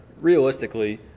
realistically